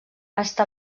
està